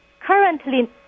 Currently